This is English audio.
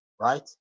right